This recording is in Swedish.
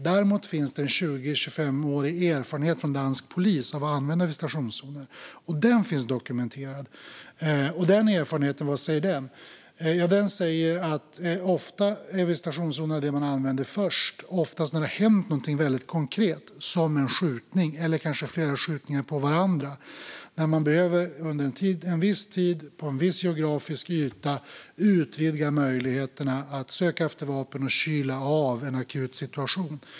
Däremot finns det en 20-25-årig erfarenhet från dansk polis av att använda visitationszoner, och den finns dokumenterad. Och vad säger den erfarenheten? Jo, den säger att det ofta är visitationszoner som man använder först, oftast när det har hänt något väldigt konkret som en skjutning eller kanske flera skjutningar efter varandra. Då kan man under en viss tid på en viss geografisk yta behöva utvidga möjligheterna att söka efter vapen och kyla ned en akut situation.